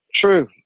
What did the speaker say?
True